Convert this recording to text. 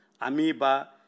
Amoeba